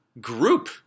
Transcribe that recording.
group